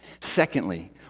Secondly